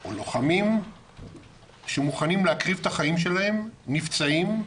או לוחמים שמוכנים להקריב את החיים שלהם, נפצעים,